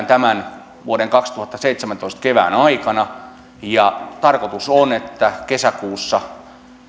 tämän vuoden kaksituhattaseitsemäntoista kevään aikana tarkoitus on että kesäkuussa